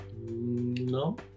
No